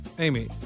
Amy